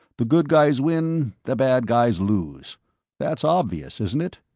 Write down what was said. the good guys win, the bad guys lose that's obvious, isn't it?